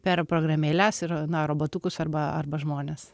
per programėles ir robotukus arba arba žmones